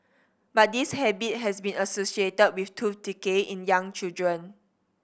but this habit has been associated with tooth decay in young children